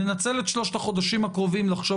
לנצל את שלושת החודשים הקרובים לחשוב